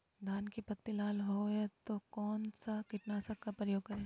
धान की पत्ती लाल हो गए तो कौन सा कीटनाशक का प्रयोग करें?